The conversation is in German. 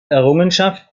errungenschaft